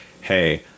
hey